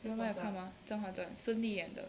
甄嬛传甄嬛传孙俪演的